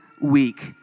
week